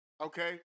Okay